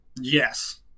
Yes